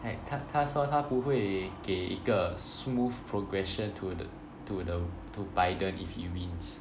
他他他说他不会给一个 smooth progression to th~ to the to Biden if he wins